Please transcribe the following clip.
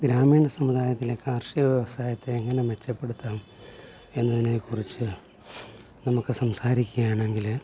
ഗ്രാമീണ സമുദായത്തിലെ കാർഷിക വ്യവസായത്തെ എങ്ങനെ മെച്ചപ്പെടുത്താം എന്നതിനെക്കുറിച്ചു നമുക്ക് സംസാരിക്കുകയാണെങ്കിൽ